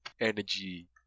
Energy